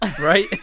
right